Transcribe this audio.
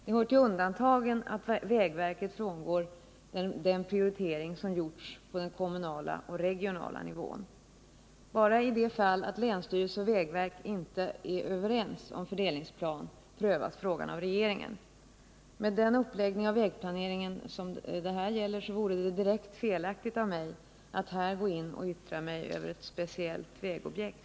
Det hör till undantagen att vägverket frångår den prioritering som gjorts på den kommunala och regionala nivån. Endast i det fall att länsstyrelse och vägverk inte är överens om fördelningsplan prövas frågan av regeringen. Med denna uppläggning av vägplaneringen vore det direkt felaktigt av mig att här gå in och yttra mig över ett speciellt vägobjekt.